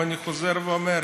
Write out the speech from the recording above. ואני חוזר ואומר,